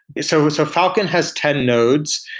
so so falcon has ten nodes.